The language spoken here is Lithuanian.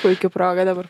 puiki proga dabar